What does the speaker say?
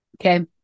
okay